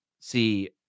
see